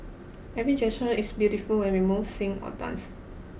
every gesture is beautiful when we move sing or dance